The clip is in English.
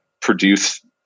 produce